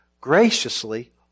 graciously